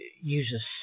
uses